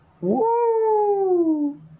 Woo